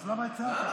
אז למה הצעת?